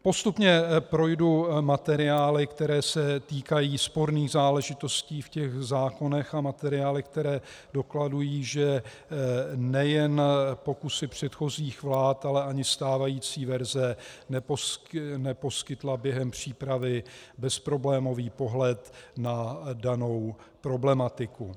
Postupně projdu materiály, které se týkají sporných záležitostí v zákonech a materiálech, které dokladují, že nejen pokusy předchozích vlád, ale ani stávající verze neposkytla během přípravy bezproblémový pohled na danou problematiku.